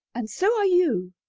and so are you.